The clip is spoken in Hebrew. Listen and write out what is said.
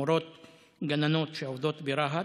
מורות גננות שעובדות ברהט,